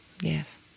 Yes